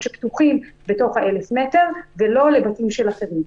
שפתוחים בתוך 1000 המטר ולא לבתים של אחרים.